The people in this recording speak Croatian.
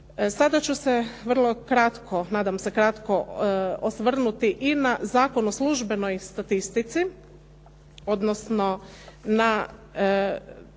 Sada ću se vrlo kratko, nadam se kratko osvrnuti i na Zakon o službenoj statistici, odnosno na